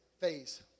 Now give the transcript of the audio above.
phase